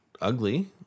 ugly